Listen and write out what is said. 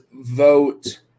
vote